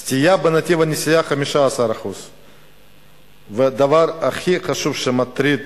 סטייה מנתיב הנסיעה, 15%. והדבר הכי חשוב, שמטריד